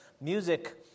music